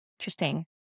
Interesting